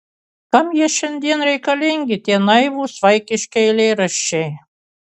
kam jie šiandien reikalingi tie naivūs vaikiški eilėraščiai